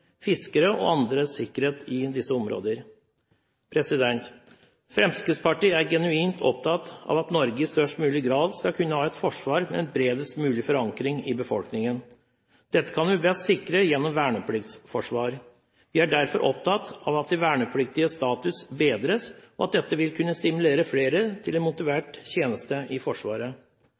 fiskere og andre i disse områdene. Fremskrittspartiet er genuint opptatt av at Norge i størst mulig grad skal kunne ha et forsvar med en bredest mulig forankring i befolkningen. Dette kan vi best sikre gjennom vernepliktsforsvar. Vi er derfor opptatt av at de vernepliktiges status bedres, og at dette vil kunne stimulere flere til en motivert tjeneste i Forsvaret.